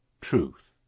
truth